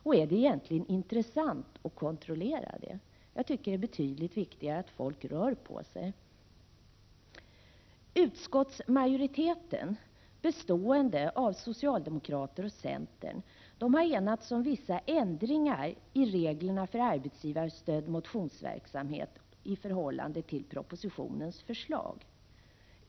Och är det egentligen intressant att kontrollera det? Jag tycker att det är betydligt viktigare att folk rör på sig. Utskottsmajoriteten, bestående av socialdemokrater och centerpartister, har enats om vissa ändringar i reglerna för arbetsgivarstödd motionsverksamhet i förhållande till propositionens förslag.